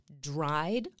dried